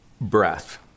breath